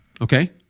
Okay